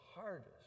hardest